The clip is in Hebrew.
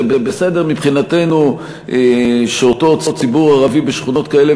זה בסדר מבחינתנו שאותו ציבור ערבי בשכונות כאלה